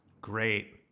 Great